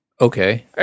okay